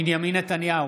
בנימין נתניהו,